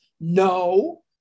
No